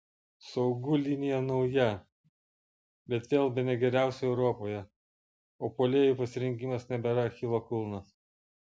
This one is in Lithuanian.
saugų linija nauja bet vėl bene geriausia europoje o puolėjų pasirinkimas nebėra achilo kulnas